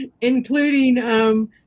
including